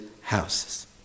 houses